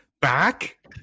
Back